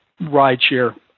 rideshare